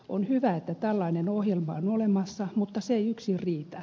on hyvä että tällainen ohjelma on olemassa mutta se ei yksin riitä